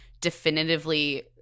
definitively